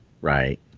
Right